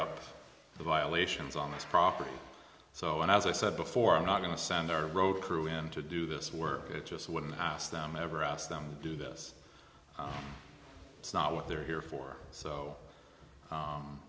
up the violations on this property so and as i said before i'm not going to send our road crew in to do this work it just wouldn't pass them ever asked them to do this it's not what they're here for so